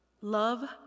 Love